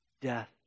death